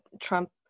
Trump